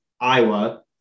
Iowa